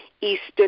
Eastern